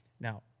Now